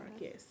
yes